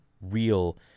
real